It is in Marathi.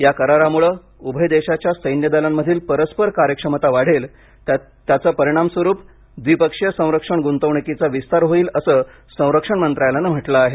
या करारामुळे उभय देशाच्या सैन्यदलांमधील परस्पर कार्यक्षमता वाढेल त्याच्या परिणामस्वरूप द्विपक्षीय संरक्षण गुंतवणुकीचा विस्तार होईल असं संरक्षण मंत्रालयाने म्हंटलं आहे